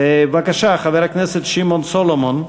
בבקשה, חבר הכנסת שמעון סולומון,